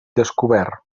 descobert